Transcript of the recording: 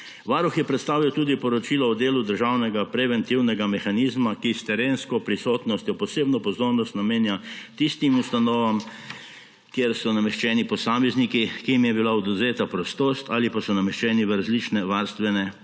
Varuh je predstavil tudi poročilo o delu državnega preventivnega mehanizma, ki s terensko prisotnostjo posebno pozornost namenja tistim ustanovam, kjer so nameščeni posamezniki, ki jim je bila odvzeta prostost ali pa so nameščeni v različne varstvene inštitucije.